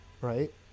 right